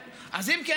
אז אם כן,